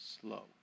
slow